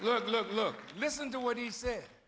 old look look listen to what he said